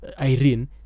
Irene